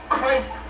Christ